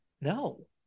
No